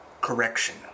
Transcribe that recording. Correction